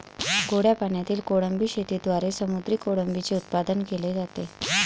गोड्या पाण्यातील कोळंबी शेतीद्वारे समुद्री कोळंबीचे उत्पादन केले जाते